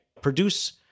produce